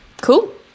Cool